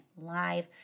live